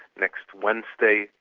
next wednesday,